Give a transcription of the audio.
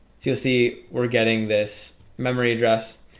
you'll see we're getting this memory address